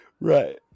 Right